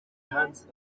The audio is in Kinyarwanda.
hanze